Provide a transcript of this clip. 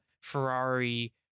Ferrari